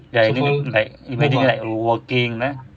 ya I think like imagine like walking ah